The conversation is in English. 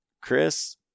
Chris